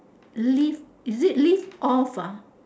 live is it live off ah